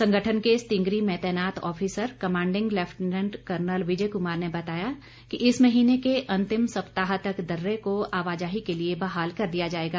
संगठन के सितिंगरी में तैनात officer commanding lieutenant colonel Vijay Kumar ने बताया कि इस महीने के अंतिम सप्ताह तक दर्रे को आवाजाही के लिए बहाल कर दिया जाएगा